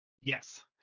Yes